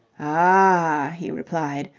ah! he replied,